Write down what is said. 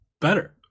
better